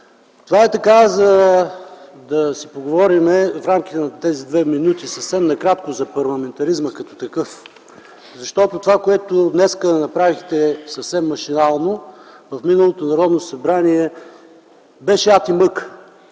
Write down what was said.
Правя това, за да си поговорим в рамките на тези 2 минути съвсем накратко за парламентаризма като такъв, защото това, което днес направихте съвсем машинално, в миналото Народно събрание беше ад и мъка.